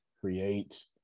create